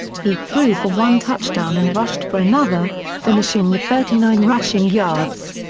he threw for one touchdown and rushed for another, finishing with thirty nine rushing yards.